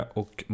och